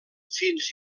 fins